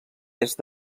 est